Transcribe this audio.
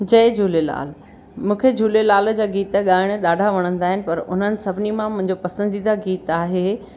जय झूलेलाल मूंखे झूलेलाल जा गीत ॻाइण ॾाढा वणंदा आहिनि पर उन्हनि सभिनी मां मुंहिंजो पसंदीदा गीत आहे